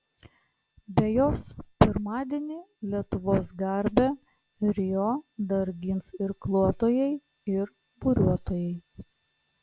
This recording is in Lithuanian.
be jos pirmadienį lietuvos garbę rio dar gins irkluotojai ir buriuotojai